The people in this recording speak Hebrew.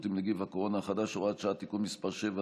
עם נגיף הקורונה החדש (הוראת שעה) (תיקון מס' 7),